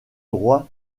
droit